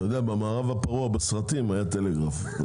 אתה יודע, במערב הפרוע בסרטים היה טלגרף.